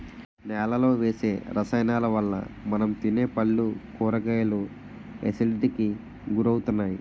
నేలలో వేసే రసాయనాలవల్ల మనం తినే పళ్ళు, కూరగాయలు ఎసిడిటీకి గురవుతున్నాయి